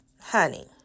Honey